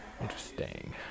Interesting